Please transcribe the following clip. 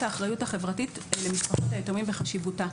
האחריות החברתית למשפחות היתומים וחשיבותה",